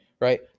right